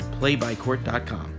Playbycourt.com